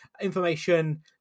information